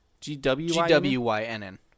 G-W-Y-N-N